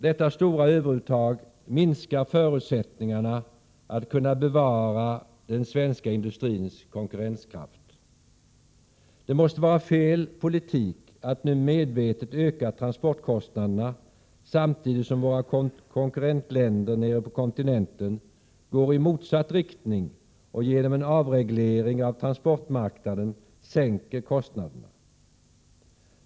Detta stora överuttag minskar förusättningarna att kunna bevara den svenska industrins konkurrenskraft. Det måste vara fel politik att nu medvetet öka transportkostnaderna, samtidigt som våra konkurrentländer nere på kontinenten går i motsatt riktning och genom en avreglering av transportmarknaden sänker kostnaderna.